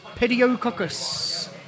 pediococcus